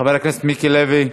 חבר הכנסת מיקי לוי,